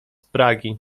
pragi